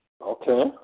okay